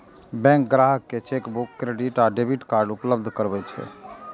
bank ग्राहक कें chequebook, credit आ डेबिट कार्ड उपलब्ध करबै छै